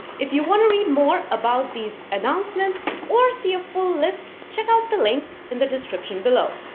if you want to read more about these announcements or see a full list, check out the link in the description below.